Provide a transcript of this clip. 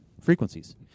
frequencies